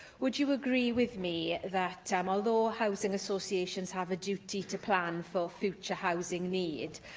would you agree with me that, um although housing associations have a duty to plan for future housing need,